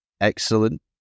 Excellent